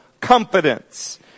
Confidence